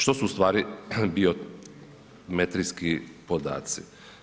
Što su ustvari biometrijski podaci?